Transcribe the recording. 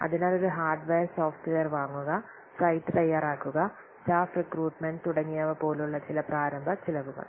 അതിനാൽ ഒരു hardware software വാങ്ങുക സൈറ്റ് തയ്യാറാക്കുക സ്റ്റാഫ് റിക്രൂട്ട്മെന്റ് തുടങ്ങിയവ പോലുള്ള ചില പ്രാരംഭ ചെലവുകൾ